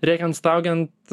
rėkiant staugiant